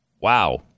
Wow